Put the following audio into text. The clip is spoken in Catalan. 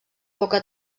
poca